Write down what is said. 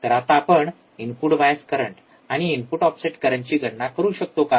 तर आता आपण इनपुट बायस करंट आणि इनपुट ऑफसेट करंटची गणना करू शकतो का